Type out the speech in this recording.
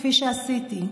כפי שעשיתי,